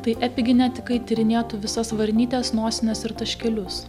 tai epiginetikai tyrinėtų visas varnytes nosines ir taškelius